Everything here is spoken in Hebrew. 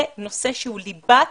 זה נושא שהוא ליבת